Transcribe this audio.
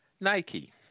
Nike